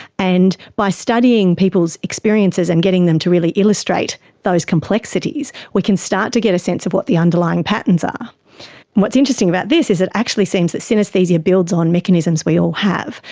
and by studying people's experiences and getting them to really illustrate those complexities, we can start to get a sense of what the underlying patterns are. and what's interesting about this is that it actually seems that synaesthesia builds on mechanisms we all have.